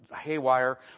haywire